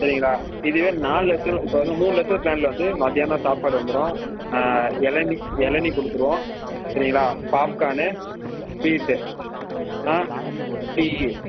சரிங்களா இதுவே நாலு லட்சம் இப்போ வந்து மூணு லட்சம் ப்ளான்ல வந்து மதியானம் சாப்பாடு வந்துடும் இளநீர் இளநீக் கொடுத்துருவோம் சரிங்களா பாப்கானு ஸ்வீட்டு ஆ டீயி